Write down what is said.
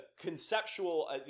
conceptual